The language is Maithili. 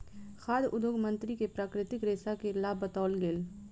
खाद्य उद्योग मंत्री के प्राकृतिक रेशा के लाभ बतौल गेल